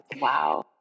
Wow